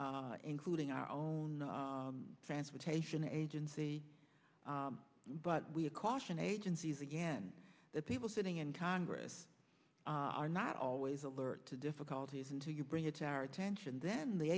including our own transportation agency but we are cautioning agencies again that people sitting in congress are not always alert to difficulties until you bring it to our attention then the